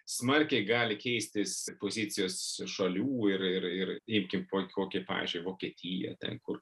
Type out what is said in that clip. smarkiai gali keistis pozicijos šalių ir ir ir imkim kokią pavyzdžiui vokietiją ten kur